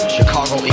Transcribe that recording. Chicago